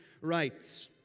rights